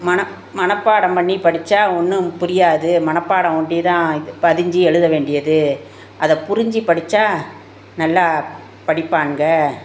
மன மனப்பாடம் பண்ணி படிச்சா ஒன்றும் புரியாது மனப்பாடம் ஒண்டி தான் இது பதிஞ்சு எழுத வேண்டியது அதை புரிஞ்சு படிச்சால் நல்லா படிப்பாங்க